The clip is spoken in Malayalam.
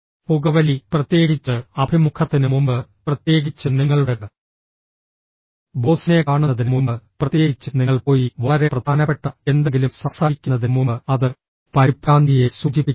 പുകവലി പ്രത്യേകിച്ച് അഭിമുഖത്തിന് മുമ്പ് പ്രത്യേകിച്ച് നിങ്ങളുടെ ബോസിനെ കാണുന്നതിന് മുമ്പ് പ്രത്യേകിച്ച് നിങ്ങൾ പോയി വളരെ പ്രധാനപ്പെട്ട എന്തെങ്കിലും സംസാരിക്കുന്നതിന് മുമ്പ് അത് പരിഭ്രാന്തിയെ സൂചിപ്പിക്കുന്നു